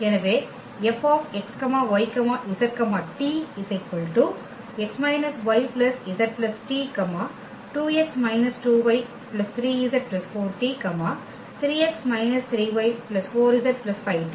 எனவே F x y z t x y z t 2x 2y 3z 4t 3x 3y 4z 5t